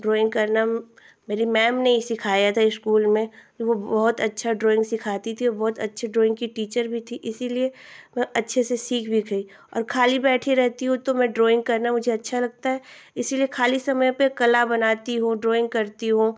drawing करना मेरी ma'am ने ही सिखाया था इस्कूल में क्योंकि वो बहुत अच्छा ड्राइंग सिखाती थी वो बहुत अच्छे ड्राइंग कि टीचर भी थी इसीलिए वह अच्छे से सीख भी गई और खाली बैठी रहती हूँ तो मैं ड्राइंग करना मुझे अच्छा लगता है इसलिए खाली समय पर कला बनाती हूँ ड्राइंग करती हूँ